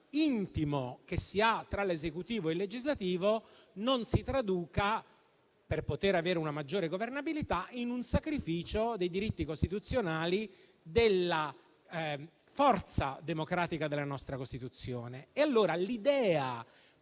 intimo tra l'Esecutivo e il legislativo non si traduca, per poter avere una maggiore governabilità, in un sacrificio dei diritti costituzionali e della forza democratica della nostra Costituzione.